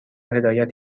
هدایت